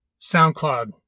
SoundCloud